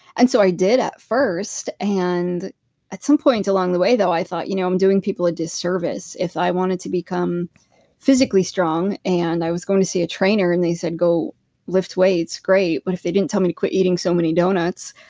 and so i did, at first. and at some point along the way, i thought you know i'm doing people a disservice. if i wanted to become physically strong and i was going to see a trainer, and they said go lift weights, great. but if they didn't tell me to quit eating so many donuts,